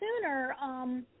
sooner